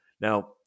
Now